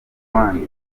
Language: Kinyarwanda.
one